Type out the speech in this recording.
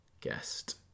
guest